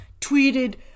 tweeted